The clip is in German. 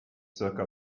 zirka